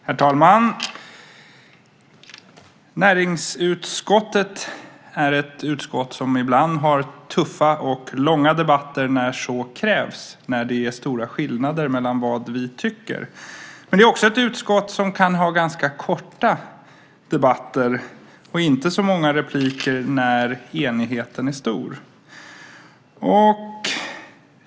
Herr talman! Näringsutskottet är ett utskott som ibland har tuffa och långa debatter när så krävs, när det är stora skillnader mellan vad vi tycker. Men det är också ett utskott som kan ha ganska korta debatter och inte så många repliker när enigheten är stor.